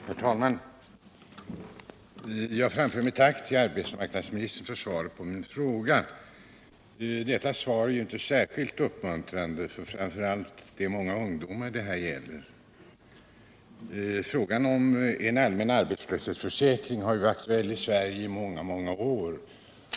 Herr talman! Jag framför mitt tack till arbetsmarknadsministern för svaret på min fråga. Detta svar är dock inte särskilt uppmuntrande, framför allt inte för de många ungdomar det här gäller. Frågan om en allmän arbetslöshetsförsäkring har varit aktuell i Sverige i många, många år.